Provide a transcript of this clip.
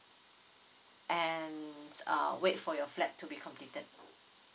and uh wait for your flat to be completed